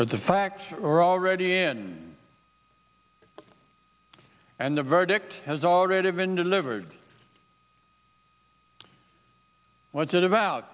but the facts are already and and the verdict has already been delivered what's it about